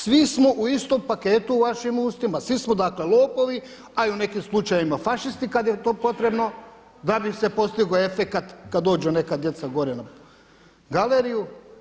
Svi smo u istom paketu u vašim ustima, svi smo dakle lopovi, a i u nekim slučajevima fašisti kada je to potrebno da bi se postigao efekat kada dođu neka djeca gore na galeriju.